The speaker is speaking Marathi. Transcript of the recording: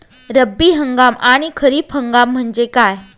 रब्बी हंगाम आणि खरीप हंगाम म्हणजे काय?